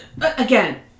again